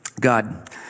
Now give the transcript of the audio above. God